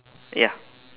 ya